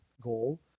goal